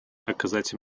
оказать